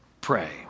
Pray